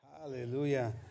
Hallelujah